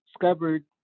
discovered